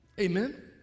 Amen